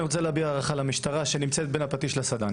אני רוצה להביע הערכה למשטרה שנמצאת בין הפטיש לסדן.